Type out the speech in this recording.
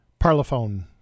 Parlophone